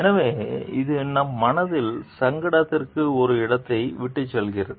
எனவே இது நம் மனதில் சங்கடத்திற்கு ஒரு இடத்தை விட்டுச்செல்கிறது